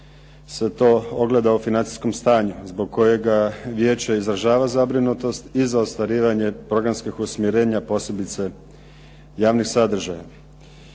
se to ogleda u financijskom stanju zbog kojega vijeće izražava zabrinutost i za ostvarivanje programskih usmjerenja posebice javnih sadržaja.